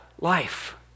life